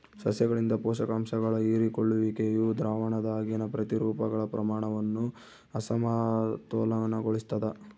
ಸಸ್ಯಗಳಿಂದ ಪೋಷಕಾಂಶಗಳ ಹೀರಿಕೊಳ್ಳುವಿಕೆಯು ದ್ರಾವಣದಾಗಿನ ಪ್ರತಿರೂಪಗಳ ಪ್ರಮಾಣವನ್ನು ಅಸಮತೋಲನಗೊಳಿಸ್ತದ